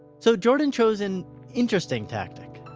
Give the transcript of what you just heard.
so jordan chose an interesting tactic.